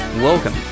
Welcome